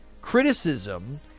criticism